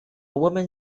woman